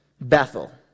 Bethel